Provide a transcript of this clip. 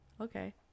okay